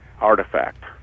artifact